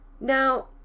Now